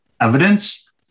evidence